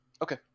Okay